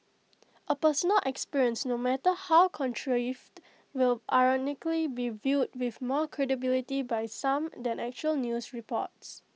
A personal experience no matter how contrived will ironically be viewed with more credibility by some than actual news reports